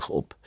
op